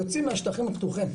יוצאים מהשטחים הפתוחים,